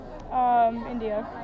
India